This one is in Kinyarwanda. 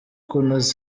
kunoza